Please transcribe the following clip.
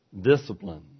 discipline